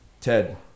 Ted